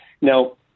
Now